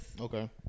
Okay